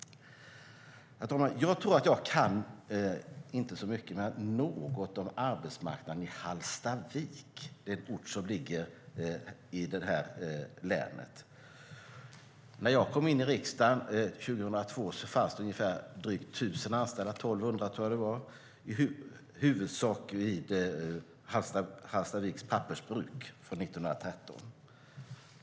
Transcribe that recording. Herr talman! Jag kan inte så mycket men något om arbetsmarknaden i Hallstavik. Det är en ort som ligger i länet. När jag kom in i riksdagen 2002 fanns det drygt tusen anställda. Jag tror att det var 1 200 i huvudsak vid Hallstaviks pappersbruk från 1913.